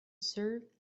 serve